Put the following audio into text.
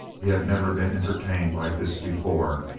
he had never been entertained like this before.